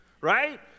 right